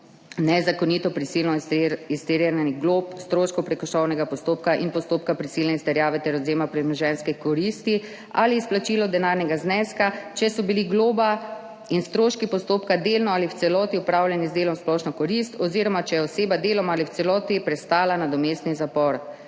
nezakonito prisilno izterjanih glob, stroškov prekrškovnega postopka in postopka prisilne izterjave ter odvzema premoženjske koristi ali izplačilo denarnega zneska, če so bili globa in stroški postopka delno ali v celoti opravljeni z delom v splošno korist oziroma če je oseba deloma ali v celoti prestala nadomestni zapor.